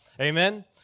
Amen